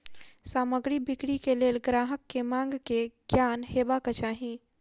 सामग्री बिक्री के लेल ग्राहक के मांग के ज्ञान हेबाक चाही